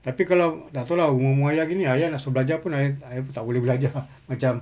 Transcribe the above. tapi kalau tak tahu lah umur umur ayah begini ayah nak suruh belajar pun ayah ayah tak boleh belajar macam